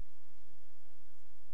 לעצמם,